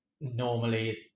normally